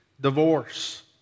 divorce